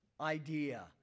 idea